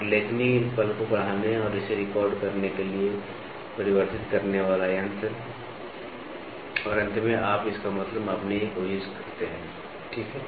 और लेखनी पल को बढ़ाने और इसे रिकॉर्ड करने के लिए परिवर्धित करने वाला यंत्र और अंत में आप इसका मतलब मापने की कोशिश करते हैं ठीक है